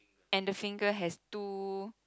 and the finger has two